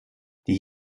die